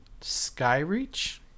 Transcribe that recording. Skyreach